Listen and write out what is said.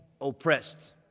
oppressed